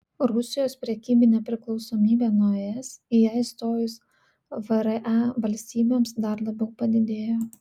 rusijos prekybinė priklausomybė nuo es į ją įstojus vre valstybėms dar labiau padidėjo